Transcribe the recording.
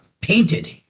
painted